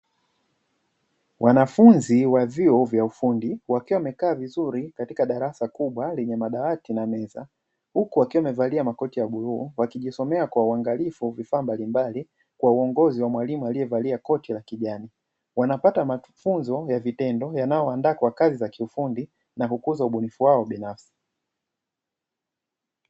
wanafunzi wa vyuo vya ufundi wakiwa wamekaa vizuri katika darasa kubwa lenye madawati na meza, huku wakiwa wamevalia makoti ya buluu wakijisomea kwa uangalifu vifaa mbalimbali kwa uongozi wa mwalimu alievalia koti la kijani, wanapata mafunzo ya vitendo yanayowaandaa kwa kazi za ufundi na kukuza ubunifu wao binafsi